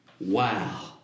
Wow